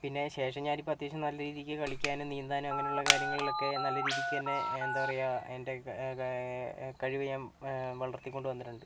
പിന്നെ ശേഷം ഞാനിപ്പം അത്യാവശ്യം നല്ല രീതിയ്ക്ക് കളിക്കാനും നീന്താനും അങ്ങനെയുള്ള കാര്യങ്ങളിലൊക്കെ നല്ല രീതിക്ക് തന്നെ എന്താ പറയാ എൻ്റെ കഴിവ് ഞാൻ വളർത്തിക്കൊണ്ട് വന്നിട്ടുണ്ട്